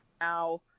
now